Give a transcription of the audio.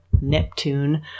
Neptune